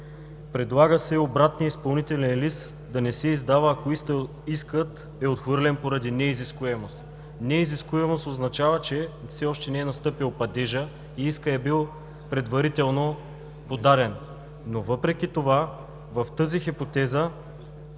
Предлага се обратният изпълнителен лист да не се издава, ако искът е отхвърлен поради неизискуемост. Неизискуемост означава, че все още не е настъпил падежът и искът е бил предварително подаден. Но въпреки това в тази хипотеза